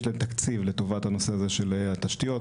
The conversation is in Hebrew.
להם תקציב לטובת הנושא הזה של התשתיות,